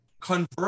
convert